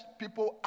people